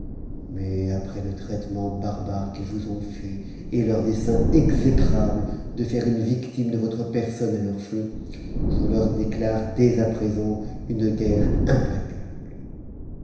mais après le traitement barbare qu'ils vous ont fait et leur dessein exécrable de faire une victime de votre personne à leur feu je leur déclare dès à présent une guerre implacable